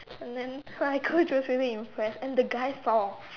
and then my coach was really impressed and the guy saw